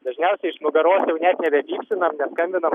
dažniausiai iš nugaros jau net nebepypsinam neskambinam